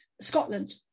Scotland